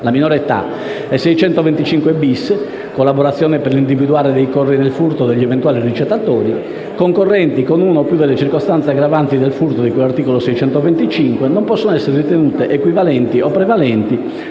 98 (minore età) e 625-*bis* (collaborazione per l'individuazione dei correi nel furto o degli eventuali ricettatori), concorrenti con una o più delle circostanze aggravanti del furto di cui all'articolo 625, non possono essere ritenute equivalenti o prevalenti